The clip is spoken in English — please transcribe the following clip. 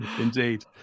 Indeed